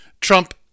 Trump